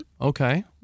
Okay